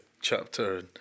chapter